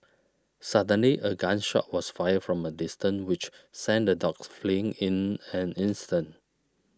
suddenly a gun shot was fired from a distance which sent the dogs fleeing in an instant